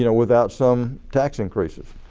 you know without some tax increases.